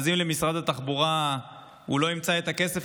אז אם משרד התחבורה לא ימצא את הכסף,